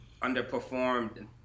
underperformed